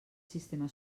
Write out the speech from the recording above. sistema